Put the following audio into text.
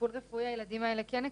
שטיפול רפואי הילדים האלה כן יקבלו,